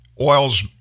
Oil's